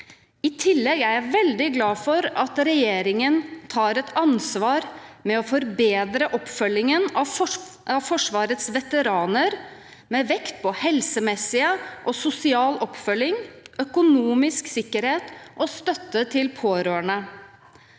I tillegg er jeg veldig glad for at regjeringen tar et ansvar gjennom å forbedre oppfølgingen av Forsvarets veteraner med vekt på helsemessig og sosial oppfølging, økonomisk sikkerhet og støtte til pårørende.